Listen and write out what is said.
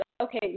okay